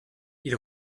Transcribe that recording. ils